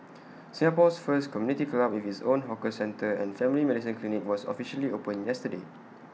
Singapore's first community club with its own hawker centre and family medicine clinic was officially opened yesterday